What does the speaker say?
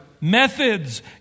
methods